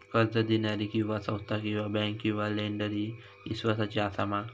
कर्ज दिणारी ही संस्था किवा बँक किवा लेंडर ती इस्वासाची आसा मा?